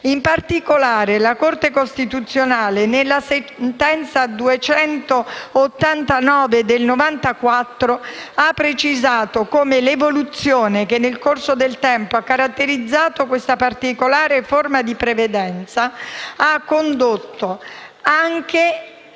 In particolare, la Corte costituzionale, nella sentenza n. 289 del 1994 ha precisato come l'evoluzione che, nel corso del tempo, ha caratterizzato questa particolare forma di previdenza ha condotto anche